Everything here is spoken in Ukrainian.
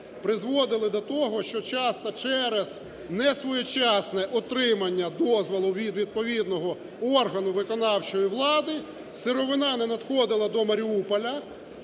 призводили до того, що часто через несвоєчасне отримання дозволу від відповідного органу виконавчої влади сировина не надходила до Маріуполя.